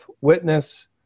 witness